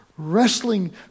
wrestling